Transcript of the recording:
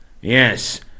Yes